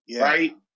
Right